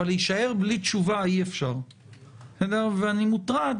אבל להישאר בלי תשובה אי אפשר ואני מוטרד,